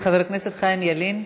חבר הכנסת חיים ילין.